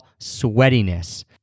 sweatiness